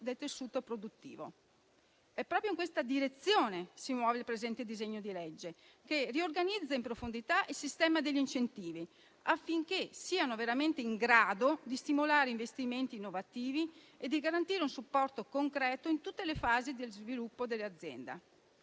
del tessuto produttivo. Il presente disegno di legge si muove proprio in questa direzione, riorganizzando in profondità il sistema degli incentivi affinché siano veramente in grado di stimolare investimenti innovativi e di garantire un supporto concreto in tutte le fasi di sviluppo dell'azienda.